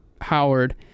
Howard